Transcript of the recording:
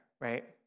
right